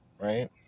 Right